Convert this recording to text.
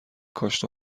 کاشت